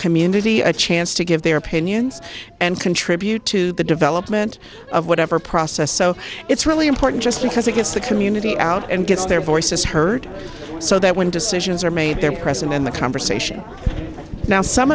community a chance to give their opinions and contribute to the development of whatever process so it's really important just because it gets the community out and gets their voices heard so that when decisions are made they're pressing in the conversation now some